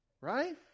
Right